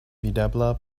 videbla